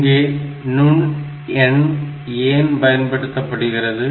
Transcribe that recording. இங்கே நுண்எண் ஏன் பயன்படுத்தப்படுகிறது